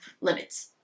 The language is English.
limits